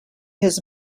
his